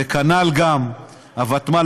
וכנ"ל גם הוותמ"ל,